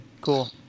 Cool